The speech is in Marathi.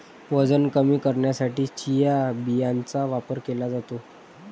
वजन कमी करण्यासाठी चिया बियांचा वापर केला जातो